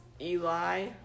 eli